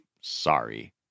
sorry